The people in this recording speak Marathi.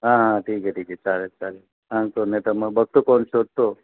हां हां ठीक आहे ठीक आहे चालेल चालेल सांगतो नाही तर मग बघतो कोण शोधतो